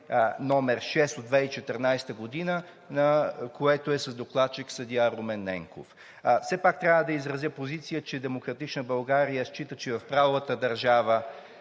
№ 6 от 2014 г., което е с докладчик съдия Румен Ненков. Все пак трябва да изразя позиция, че „Демократична България“ счита, че в правовата държава